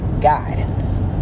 guidance